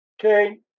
Okay